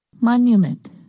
Monument